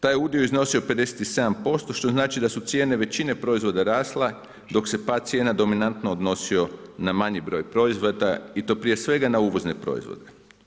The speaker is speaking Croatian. Taj je udio iznosio 57% što znači da su cijene većine proizvoda rasla, dok se pad cijena dominanto odnosio na manji broj proizvoda i to prije svega na uvozne proizvoda.